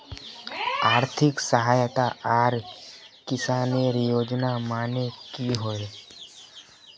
आर्थिक सहायता आर किसानेर योजना माने की होय?